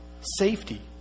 safety